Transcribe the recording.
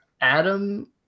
Adam